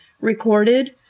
recorded